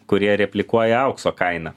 kurie replikuoja aukso kainą